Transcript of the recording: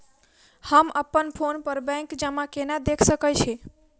हम अप्पन फोन पर बैंक जमा केना देख सकै छी?